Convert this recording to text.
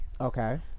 Okay